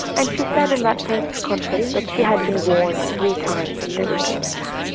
and she said in that press conference that she had been warned three times that there would be an attack.